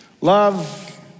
Love